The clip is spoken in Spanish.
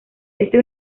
este